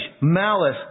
malice